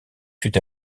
fut